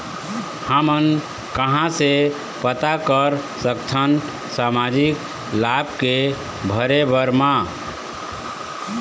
हमन कहां से पता कर सकथन सामाजिक लाभ के भरे बर मा?